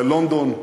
בלונדון,